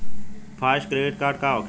Fast credit का होखेला?